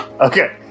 Okay